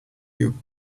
you